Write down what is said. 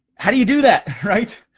how do you do that right?